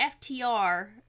FTR